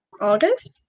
August